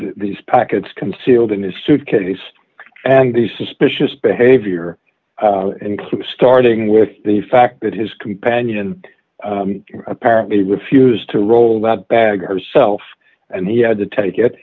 these packets concealed in his suitcase and the suspicious behavior includes starting with the fact that his companion apparently refused to roll a bag herself and he had to take it